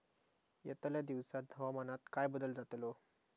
यतल्या दिवसात हवामानात काय बदल जातलो?